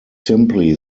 simply